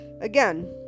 again